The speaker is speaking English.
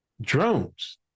drones